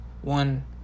one